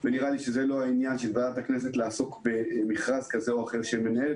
ונראה לי שזה לא העניין של ועדת הכנסת לעסוק במכרז כזה או אחר של מנהלת